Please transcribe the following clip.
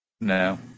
no